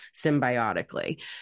symbiotically